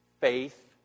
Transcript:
faith